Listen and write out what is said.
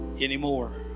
anymore